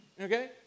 okay